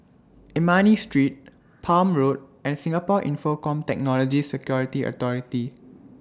Ernani Street Palm Road and Singapore Infocomm Technology Security Authority